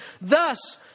Thus